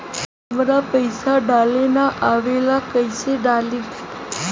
हमरा पईसा डाले ना आवेला कइसे डाली?